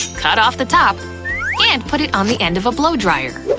cut off the top and put it on the end of a blowdryer.